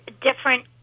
different